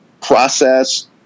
process